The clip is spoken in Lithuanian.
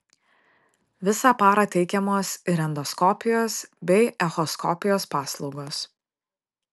visą parą teikiamos ir endoskopijos bei echoskopijos paslaugos